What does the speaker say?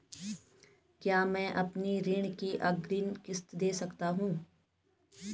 क्या मैं अपनी ऋण की अग्रिम किश्त दें सकता हूँ?